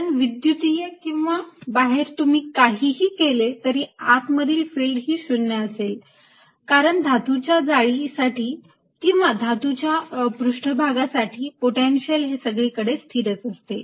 कारण विद्युतीय किंवा बाहेर तुम्ही काहीही केले तरी आत मधील फिल्ड ही 0 असेल कारण धातूच्या जाळीसाठी किंवा धातूच्या पृष्ठभागासाठी पोटेन्शियल हे सगळीकडे स्थिरच असते